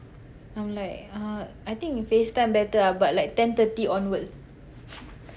I'm like uh I think FaceTime better ah but like ten thirty onwards